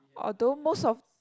although most of